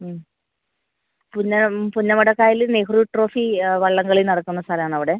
പുന്ന പുന്നമട കായൽ നെഹ്റു ട്രോഫി വള്ളംകളി നടക്കുന്ന സ്ഥലം ആണ് അവിടെ